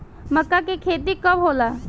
मक्का के खेती कब होला?